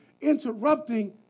interrupting